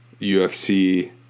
UFC